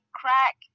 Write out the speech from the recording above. crack